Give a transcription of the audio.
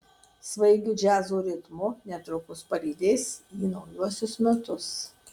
svaigiu džiazo ritmu netrukus palydės į naujuosius metus